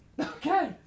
Okay